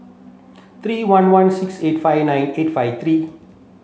three one one six eight five nine eight five three